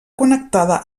connectada